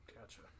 Gotcha